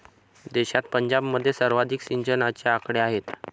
देशात पंजाबमध्ये सर्वाधिक सिंचनाचे आकडे आहेत